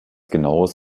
genaueres